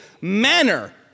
manner